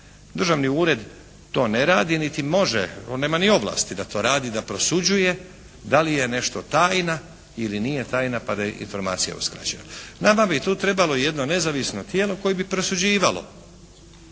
Državni ured to ne radi niti može, on nema ni ovlasti da to radi, da prosuđuje da li je nešto tajna ili nije tajna pa da informacije uskraćuje. Nama bi tu trebalo jedno nezavisno tijelo koje bi prosuđivalo